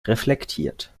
reflektiert